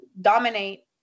dominate